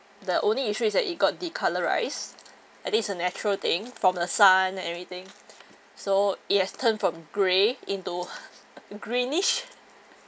the only issue is that it got de-colourised I think it's a natural thing from the sun everything so it has turn from grey into greenish